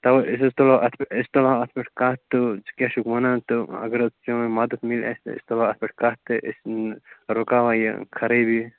تَوے أسۍ حَظ تُلو اَتھ پٮ۪ٹھ أسۍ تُلہٕ ہاو اَتھ پٮ۪ٹھ کَتھ تہٕ ژٕ کیٛاہ چھُکھ ونان تہٕ اَگر حَظ چٲنۍ مدتھ میلہِ اَسہِ تہٕ أسۍ تُلہٕ ہاو اَتھ پٮ۪ٹھ کٔتھ تہٕ أسۍ رُکاوہاو یہِ خرٲبی